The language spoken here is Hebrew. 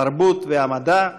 התרבות והמדע,